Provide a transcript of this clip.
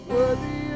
Worthy